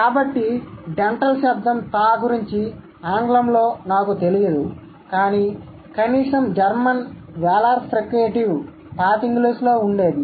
కాబట్టి డెంటల్ శబ్దం "థా" గురించి ఆంగ్లంలో నాకు తెలియదు కానీ కనీసం జర్మన్ వేలార్ ఫ్రికేటివ్ పాత ఇంగ్లీషులో ఉండేది